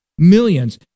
Millions